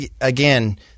again